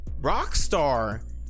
rockstar